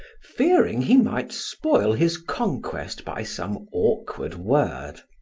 fearing he might spoil his conquest by some awkward word.